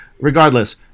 Regardless